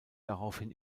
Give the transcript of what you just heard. daraufhin